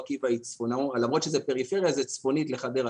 למרות שזה פריפריה זה צפונית לחדרה,